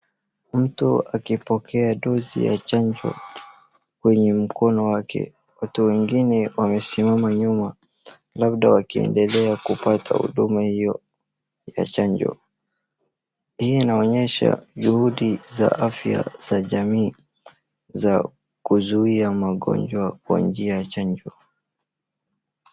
Mtu akipokea dozi ya chanjo kwenye mkono wake watu wengine wamesimama nyuma labda wakiendelea kupata huduma hiyo ya chanjo . Hii inaonyesha juhudi za afya za jamii za kuzuia magonjwa kwa njia ya chanjo .